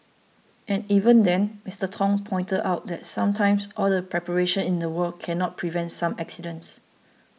and even then Mister Tong pointed out that sometimes all the preparation in the world cannot prevent some accidents